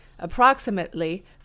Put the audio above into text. approximately